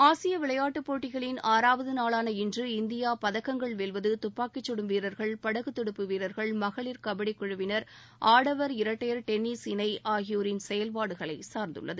ஆசிய விளையாட்டுப் போட்டிகளின் ஆறாவது நாளாள இன்று இந்தியா பதக்கங்கள் வெல்வது துப்பாக்கிச்சுடும் வீரர்கள் படகு துடுப்பு வீரர்கள் மகளிர் கபடிக்குழுவினர் ஆடவர் இரட்டையர் டென்னிஸ் இணை ஆகியோரின் செயல்பாடுகளை சார்ந்துள்ளது